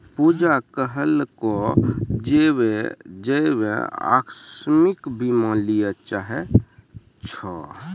पूजा कहलकै जे वैं अकास्मिक बीमा लिये चाहै छै